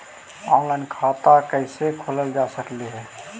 Online खाता कैसे खोल सकली हे कैसे?